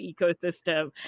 ecosystem